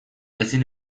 ezin